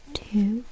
two